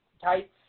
tights